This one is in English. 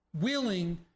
willing